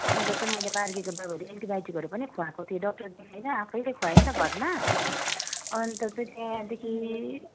अन्त त्यो मैले मार्गीको दबाई दिएँ एन्टिबायोटिकहरू पनि खुवाएको थिएँ डक्टर देखाइनँ आफैले खुवाएँ नि त घरमा अन्त त त्यहाँदेखि